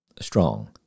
Strong